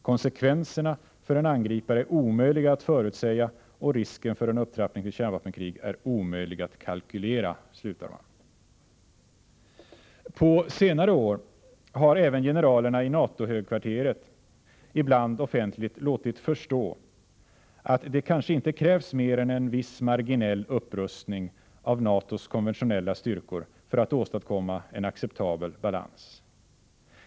”Konsekvenserna för en angripare är omöjliga att förutsäga och risken för en upptrappning till kärnvapenkrig är omöjlig att kalkylera”, slutar man. På senare år har även generalerna i NATO-högkvarteret ibland offentligt låtit förstå, att det kanske inte krävs mer än en viss marginell upprustning av NATO:s konventionella styrkor för att åstadkomma en acceptabel balans.